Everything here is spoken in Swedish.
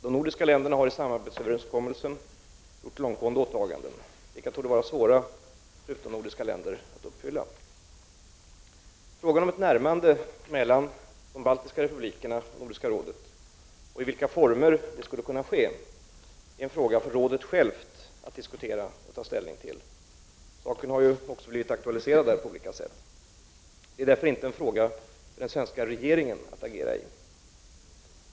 De nordiska länderna har i samarbetsöverens kommelsen gjort långtgående åtaganden, vilka torde vara svåra för utomnordiska länder att uppfylla. Frågan om ett närmande mellan de baltiska republikerna och Nordiska rådet — och i vilka former ett sådant närmande skulle kunna ske — är en fråga för rådet självt att diskutera och ta ställning till. Saken har ju också blivit aktualiserad där på olika sätt. Det är därför inte en fråga för den svenska regeringen att agera i.